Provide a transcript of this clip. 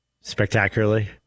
spectacularly